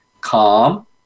Calm